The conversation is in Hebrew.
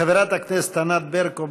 חברת הכנסת ענת ברקו,